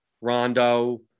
Rondo